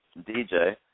DJ